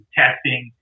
testing